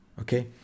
okay